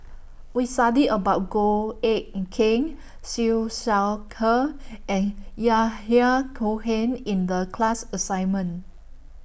We studied about Goh Eck Kheng Siew Shaw Her and Yahya Cohen in The class assignment